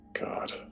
God